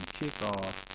kickoff